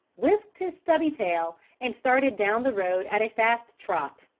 whisked his stubby tail, and started down the road at a fast trot.